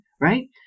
right